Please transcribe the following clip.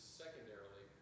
secondarily